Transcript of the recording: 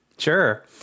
Sure